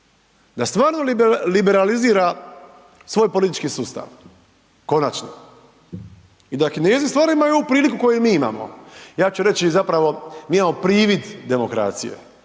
da stvarno liberalizira svoj politički sustav, konačno i da Kinezi stvarno imaju ovu priliku koju mi imamo. Ja ću reći zapravo, mi imamo privid demokracije,